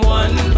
one